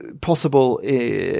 possible